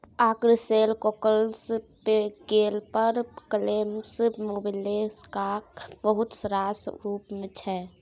ark shell, cockles, gaper clams मोलेस्काक बहुत रास रुप छै